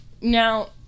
Now